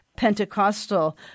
Pentecostal